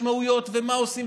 את המשמעויות ומה עושים.